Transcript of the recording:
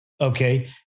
Okay